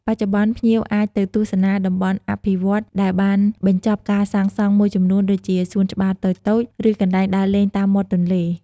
បច្ចុប្បន្ន ភ្ញៀវអាចទៅទស្សនា តំបន់អភិវឌ្ឍន៍ដែលបានបញ្ចប់ការសាងសង់មួយចំនួនដូចជាសួនច្បារតូចៗ ឬកន្លែងដើរលេងតាមមាត់ទន្លេ។